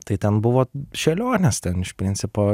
tai ten buvo šėlionės ten iš principo